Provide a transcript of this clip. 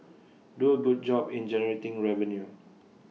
do A good job in generating revenue